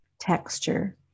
texture